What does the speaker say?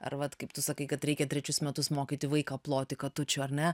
ar vat kaip tu sakai kad reikia trečius metus mokyti vaiką ploti katučių ar ne